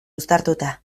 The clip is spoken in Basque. uztartuta